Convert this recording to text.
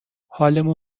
حالمون